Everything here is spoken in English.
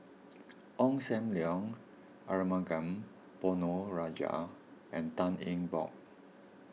Ong Sam Leong Arumugam Ponnu Rajah and Tan Eng Bock